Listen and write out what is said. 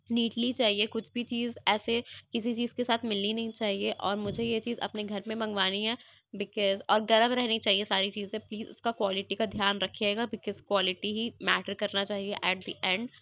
neatly چاہیے کچھ بھی چیز ایسے کسی چیز کے ساتھ ملنی نہیں چاہیے اور مجھے یہ چیز اپنے گھر میں منگوانی ہے بکاز اور گرم رہنی چاہیے ساری چیزیں پلیز اس کا کوالٹی کا دھیان رکھیے گا بکاز کوالٹی ہی میٹر کرنا چاہیے ایٹ دی اینڈ